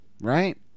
right